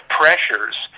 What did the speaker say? pressures